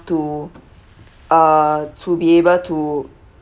to uh to be able to